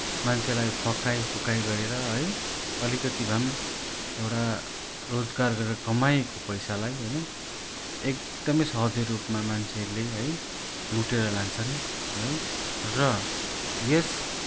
मान्छेलाई फकाइ फुकाइ गरेर है अलिकति भए पनि एउटा रोजगार गरेर कमाइएको पैसालाई होइन एकदमै सहजै रूपमा मान्छेहरूले है लुटेर लान्छन् है र यस